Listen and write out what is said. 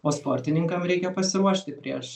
o sportininkam reikia pasiruošti prieš